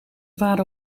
waren